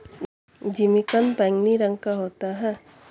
जिमीकंद बैंगनी रंग का होता है